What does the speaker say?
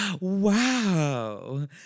wow